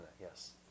yes